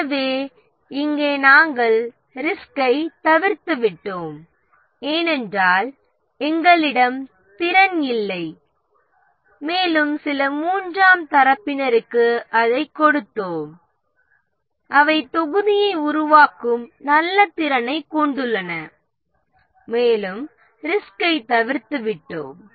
எனவே இங்கே நாம் ரிஸ்கைத் தவிர்த்துவிட்டோம் ஏனென்றால் நம்மிடம் செயல் வல்லமை இல்லை மேலும் நாம் மூன்றாம் தரப்பினருக்கு அதைக் கொடுத்தோம் அவை தொகுதியை உருவாக்கும் நல்ல திறனைக் கொண்டிருப்பதால் நாம் ரிஸ்கைத் தவிர்த்துவிட்டோம்